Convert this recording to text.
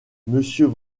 monsieur